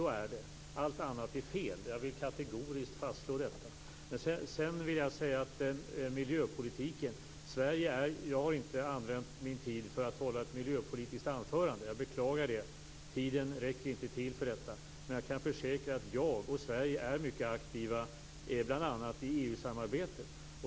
Så är det. Allt annat är fel. Jag vill kategoriskt fastslå detta. När det gäller miljöpolitiken vill jag säga att jag inte har använt min tid för att hålla ett miljöpolitiskt anförande. Jag beklagar det. Tiden räcker inte till för detta. Men jag kan försäkra att jag och Sverige är mycket aktivt bl.a. i EU-samarbetet.